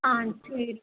ஆ சரி